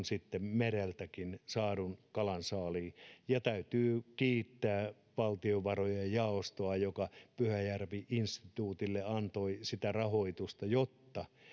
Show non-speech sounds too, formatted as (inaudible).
(unintelligible) sitten mereltäkin saadun kalansaaliin täytyy kiittää valtiovarojen jaostoa joka pyhäjärvi instituutille antoi sitä rahoitusta jotta